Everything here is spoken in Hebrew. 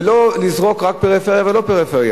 ולא רק להגיד פריפריה ולא-פריפריה,